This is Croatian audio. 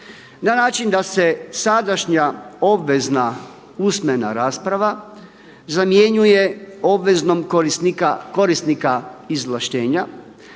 na način da se sadašnja obvezna usmena rasprava zamjenjuje obvezom korisnika izvlaštenja,